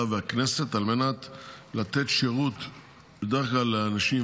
והכנסת על מנת לתת שירות בדרך כלל לאנשים